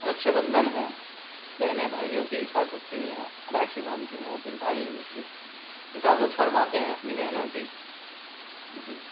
رکشا بندھن ہیں بہنیں بھائیوں کی حفاظت کے لیے راکھی باندھتی ہیں پھر بھائی ان کی حفاظت فرماتے ہیں اپنی بہنوں کی ان کی